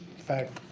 fact